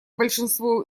большинство